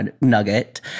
nugget